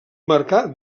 marcà